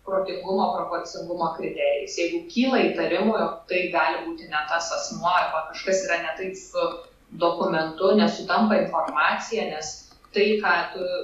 protingumo proporcingumo kriterijais jeigu kyla įtarimų jog tai gali būti ne tas asmuo arba kažkas yra ne taip su dokumentu nesutampa informacija nes tai ką tu